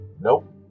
Nope